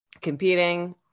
competing